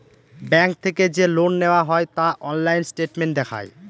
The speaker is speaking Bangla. ব্যাঙ্ক থেকে যে লোন নেওয়া হয় তা অনলাইন স্টেটমেন্ট দেখায়